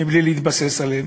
מבלי להתבסס על נתונים.